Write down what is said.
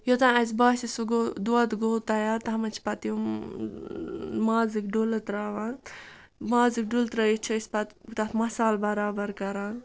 یوٚتانۍ اَسہِ باسہِ سُہ گوٚو دۄد گوٚو تیار تَتھ منٛز چھِ پَتہٕ تِم مازٕکۍ ڈُلہٕ ترٛاوان مازٕکۍ ڈُلہٕ ترٛٲوِتھ چھِ أسۍ پَتہٕ تَتھ مصالہٕ برابر کَران